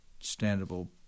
understandable